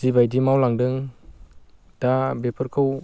जिबायदि मावलांदों दा बेफोरखौ